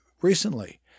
recently